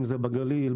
אם זה בגליל,